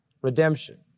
redemption